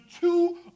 two